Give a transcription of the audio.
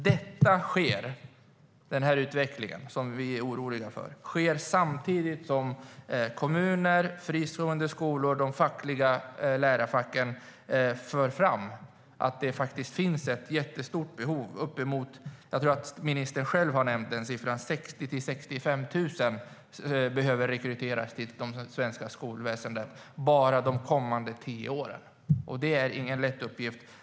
Den utveckling som vi är oroliga för sker samtidigt som kommuner, fristående skolor och lärarfacken för fram att det finns ett jättestort behov av lärare. Jag tror att ministern själv har nämnt siffran 60 000-65 000 för den rekrytering som behövs i det svenska skolsystemet bara under de kommande tio åren, och det är ingen lätt uppgift.